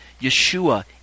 Yeshua